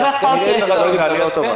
לא בחוק-יסוד.